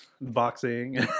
boxing